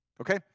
Okay